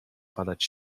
padać